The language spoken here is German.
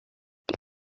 die